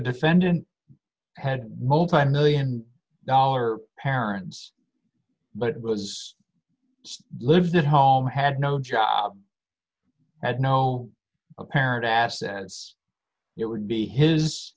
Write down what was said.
defendant had multimillion dollar parents but was lived at home had no job had no apparent assets it would be his